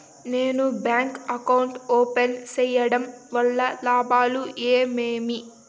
నేను bank account open సేయడం వల్ల లాభాలు ఏమేమి?